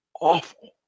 awful